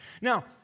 Now